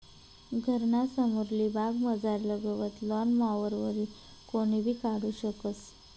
घरना समोरली बागमझारलं गवत लॉन मॉवरवरी कोणीबी काढू शकस